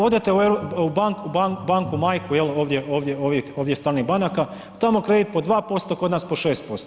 Odete u banku majku ovdje stranih banaka, tamo kredit po 2% kod nas po 6%